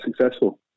successful